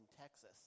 Texas